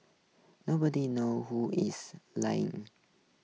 nobody knows who is lying